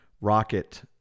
rocket